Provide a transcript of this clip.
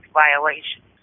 violations